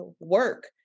work